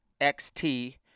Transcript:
XT